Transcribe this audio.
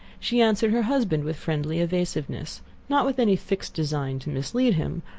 she answered her husband with friendly evasiveness not with any fixed design to mislead him,